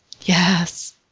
Yes